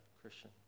Christian